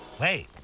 Wait